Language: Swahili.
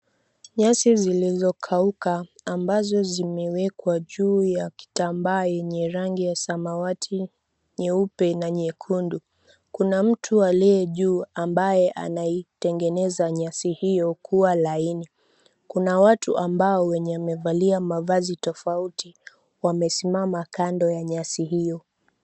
Nyasi zilizokauka ambazo zimewekwa juu ya kitambaa yenye rangi ya samawati, nyeupe na nyekundu, kuna mtu aliye juu ambae anaitengeneza nyasi hiyo kuwa laini, kuna watu ambao wenye wamevalia mavazi tofauti wamesimama kando ya nyasi hiyo.